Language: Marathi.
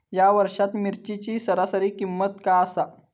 या वर्षात मिरचीची सरासरी किंमत काय आसा?